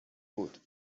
بود